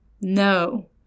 no